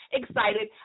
excited